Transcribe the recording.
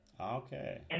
Okay